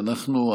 שאנחנו,